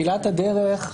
הדרך,